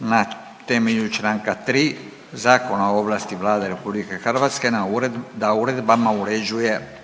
na temelju čl. 3. Zakona o ovlasti Vlade RH da uredbama uređuje pojedina